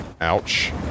Ouch